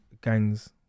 gangs